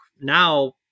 now